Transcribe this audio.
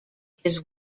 his